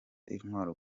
intwaro